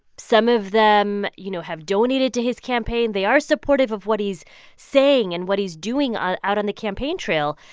some of them, you know, have donated to his campaign. they are supportive of what he's saying and what he's doing ah out on the campaign trail.